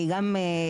אני גם,